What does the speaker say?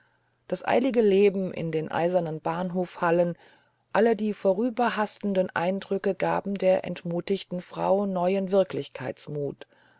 das eilige leben in den eisernen bahnhofhallen alle die vorüberhastenden eindrücke gaben der entmutigten frau neuen wirklichkeitsmut